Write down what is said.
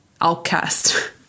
outcast